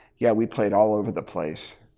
yeah we played all over the place